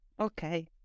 Okay